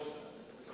תודה רבה,